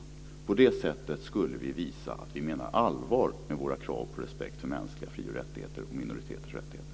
På det sättet skulle vi visa att vi menar allvar med våra krav på respekt för mänskliga fri och rättigheter och för minoriteters rättigheter.